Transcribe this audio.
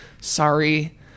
Sorry